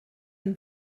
and